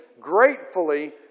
gratefully